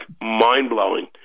mind-blowing